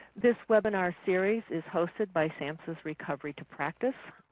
this webinar series is hosted by samhsa recovery to practice.